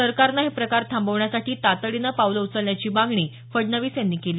सरकारनं हे प्रकार थांबवण्यासाठी तातडीनं पावलं उचलण्याची मागणी फडणवीस यांनी केली